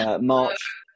March